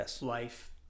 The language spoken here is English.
life